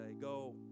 Go